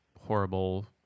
horrible